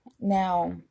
now